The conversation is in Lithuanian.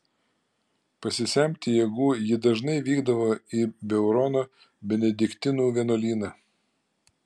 pasisemti jėgų ji dažnai vykdavo į beurono benediktinų vienuolyną